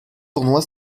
tournoi